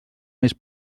més